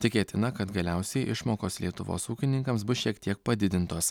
tikėtina kad galiausiai išmokos lietuvos ūkininkams bus šiek tiek padidintos